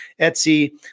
Etsy